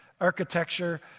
architecture